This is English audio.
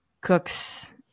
cooks